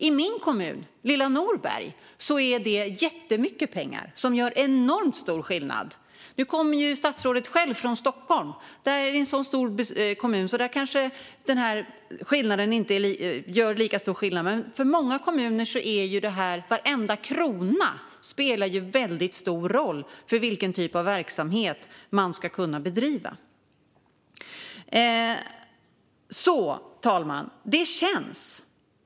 I min kommun, lilla Norberg, är det jättemycket pengar som skulle göra enormt stor skillnad. Statsrådet kommer från Stockholm som är en så stor kommun att dessa pengar kanske inte gör lika stor skillnad, men för många kommuner spelar varenda krona stor roll för vilken typ av verksamhet som kan bedrivas. Fru talman!